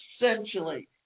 Essentially